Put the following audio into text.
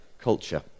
culture